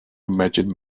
imagine